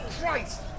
Christ